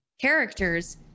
characters